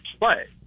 play